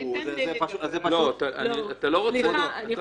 -- תודה רבה אדוני היושב ראש.